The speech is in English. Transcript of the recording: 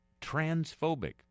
transphobic